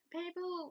people